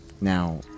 Now